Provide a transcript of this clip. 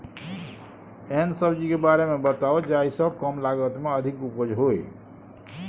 एहन सब्जी के बारे मे बताऊ जाहि सॅ कम लागत मे अधिक उपज होय?